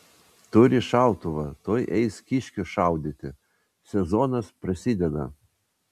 turi šautuvą tuoj eis kiškių šaudyti sezonas prasideda